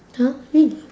!huh! really